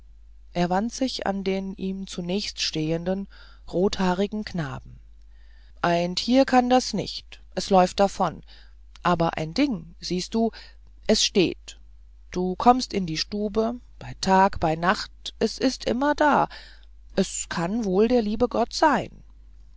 er wandte sich an den ihm zunächststehenden rothaarigen knaben ein tier kann das nicht es läuft davon aber ein ding siehst du es steht du kommst in die stube bei tag bei nacht es ist immer da es kann wohl der liebe gott sein